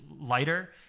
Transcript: lighter